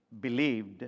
believed